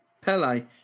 Pele